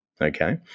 Okay